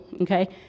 okay